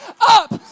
up